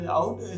out